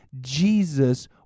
jesus